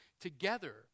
together